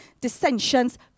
dissensions